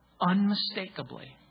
unmistakably